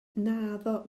naddo